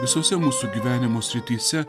visose mūsų gyvenimo srityse